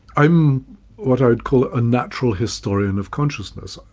i'm what i'd call a natural historian of consciousness.